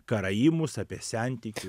karaimus apie sentikiu